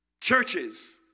Churches